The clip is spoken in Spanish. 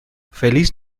feliz